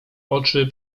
oczy